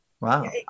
Wow